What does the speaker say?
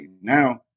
now